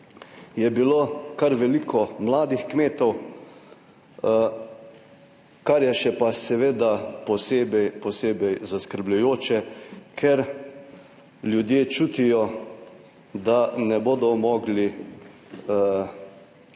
je bilo kar veliko mladih kmetov, kar je še pa seveda posebej, posebej zaskrbljujoče, ker ljudje čutijo, da ne bodo mogli